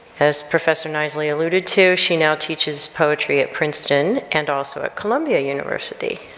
as professor nicely alluded to, she now teaches poetry at princeton and also at columbia university.